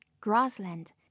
grassland